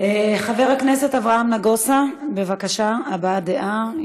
חבר הכנסת אברהם נגוסה, בבקשה, הבעת דעה.